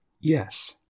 Yes